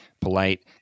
polite